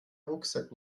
rucksack